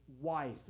wife